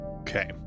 Okay